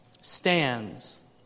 stands